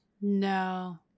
No